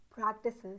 practices